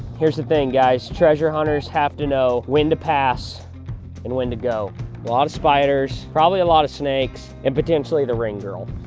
here's the thing, guys, treasure hunters have to know when to pass and when to go. a lot of spiders, probably a lot of snakes, and potentially the ring girl.